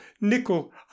nickel